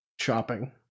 shopping